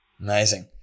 Amazing